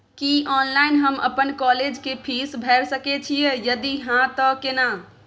की online हम अपन college के फीस भैर सके छि यदि हाँ त केना?